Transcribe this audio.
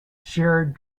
shared